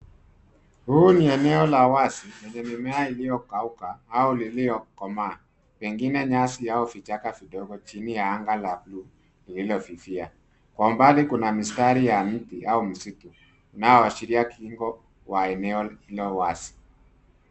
Huu ni eneo la wazi lenye mimea iliyokauka au iliyokomaa, pengine nyasi au vichaka vidogo chini ya anga la bluu lililofifia. Kwa umbali kuna mistari ya miti au misitu inayoashiria kingo wa eneo hilo wazi.